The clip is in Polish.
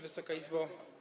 Wysoka Izbo!